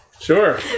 Sure